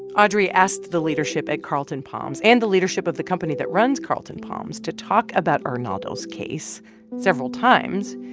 audrey asked the leadership at carlton palms and the leadership of the company that runs carlton palms to talk about arnaldo's case several times.